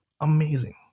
Amazing